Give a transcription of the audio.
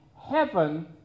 heaven